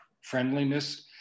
friendliness